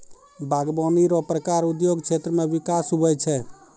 बागवानी रो प्रकार उद्योग क्षेत्र मे बिकास हुवै छै